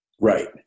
Right